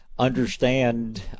understand